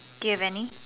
give any